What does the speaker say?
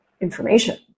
information